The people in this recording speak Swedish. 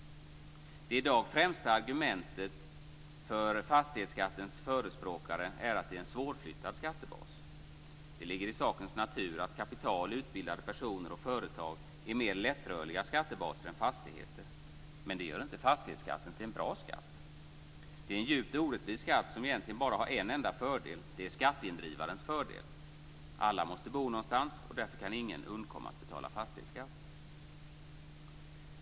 Det i dag främsta argumentet för fastighetsskattens förespråkare är att det är en svårflyttad skattebas. Det ligger i sakens natur att kapital, utbildade personer och företag är mer lättrörliga skattebaser än fastigheter. Men det gör inte fastighetsskatten till en bra skatt. Det är en djupt orättvis skatt som egentligen bara har en enda fördel, och det är skatteindrivarens fördel. Alla måste bo någonstans; därför kan ingen undkomma att betala fastighetsskatt.